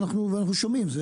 ואנחנו שומעים,